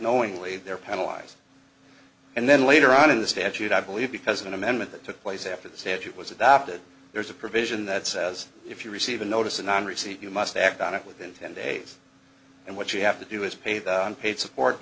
knowingly there penalize and then later on in the statute i believe because an amendment that took place after the statute was adopted there's a provision that says if you receive a notice and on receipt you must act on it within ten days and what you have to do is pay the paid support